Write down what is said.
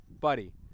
buddy